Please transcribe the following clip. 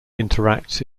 interacts